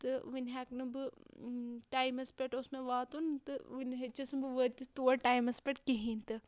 تہٕ وٕنہِ ہٮ۪کہٕ نہٕ بہٕ ٹایمَس پٮ۪ٹھ اوس مےٚ واتُن تہٕ وٕنہِ ہیٚچٕس نہٕ بہٕ وٲتِتھ تور ٹایمَس پٮ۪ٹھ کِہیٖنۍ تہٕ